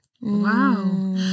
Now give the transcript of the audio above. Wow